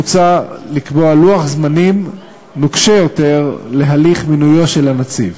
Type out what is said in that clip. מוצע לקבוע לוח זמנים נוקשה יותר להליך מינוי הנציב.